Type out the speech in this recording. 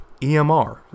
EMR